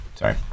Sorry